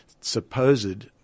supposed